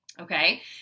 Okay